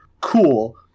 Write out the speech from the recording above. cool